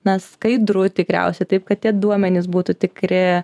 na skaidru tikriausiai taip kad tie duomenys būtų tikri